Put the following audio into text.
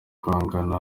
kwamagana